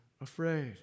afraid